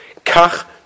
kach